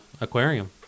aquarium